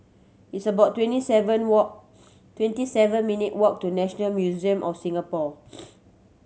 it's about twenty seven walk twenty seven minute walk to National Museum of Singapore